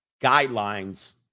guidelines